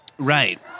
Right